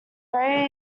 very